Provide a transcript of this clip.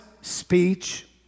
speech